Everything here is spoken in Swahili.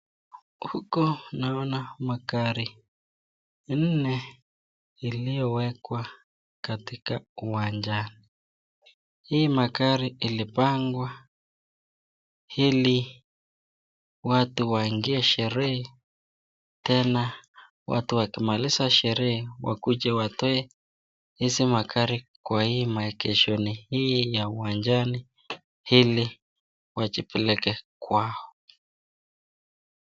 Huku naona magari nne iliyowekwa katika uwanja. Hii magari ilipangwa ili watu waingie sherehe tena watu wakimaliza sherehe wakuje watoe hizi magari kwa hii maegeshoni hii ya uwanjani ili wajipeleke kwao.